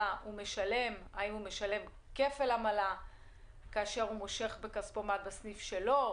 הוא משלם והאם הוא משלם כפל עמלה כאשר הוא מושך בכספומט בסניף שלו,